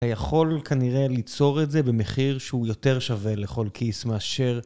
היכול כנראה ליצור את זה במחיר שהוא יותר שווה לכל כיס מאשר.